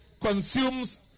consumes